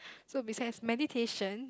so besides medication